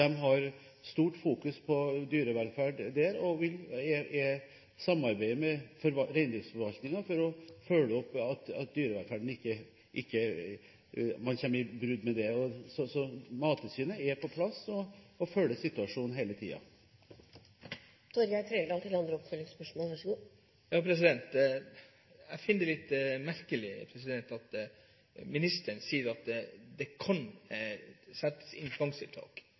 har stort fokus på dyrevelferd der. Jeg samarbeider med reindriftsforvaltningen for å følge opp at det ikke kommer brudd på dyrevelferden. Så Mattilsynet er på plass og følger situasjonen hele tiden. Jeg finner det litt merkelig at ministeren sier at det kan settes inn tvangstiltak. Her er det gjort vedtak om at reintallet skal ned. Sidaen tar det ikke ned; man bare lar det